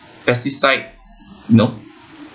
pesticides no